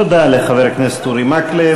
תודה לחבר הכנסת אורי מקלב.